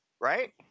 right